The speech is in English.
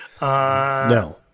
No